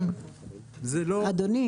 הוא הקריא.